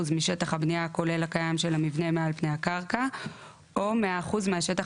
משטח הבנייה כולל הקיים של המבנה מעל פני הקרקע או 100% מהשטח